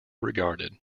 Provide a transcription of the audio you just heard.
regarded